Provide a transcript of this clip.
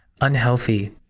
unhealthy